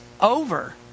over